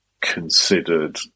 considered